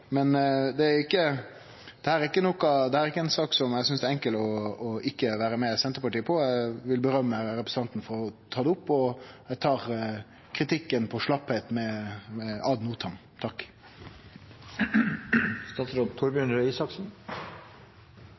Men vi har ønskt å vente til ein tar dei store grepa. Dette er ikkje ei sak som eg synest det er enkelt ikkje å vere med Senterpartiet på. Eg vil rose representanten for å ta det opp, og eg tar kritikken for slappheit ad